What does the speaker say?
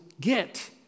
get